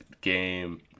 game